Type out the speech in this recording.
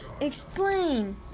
Explain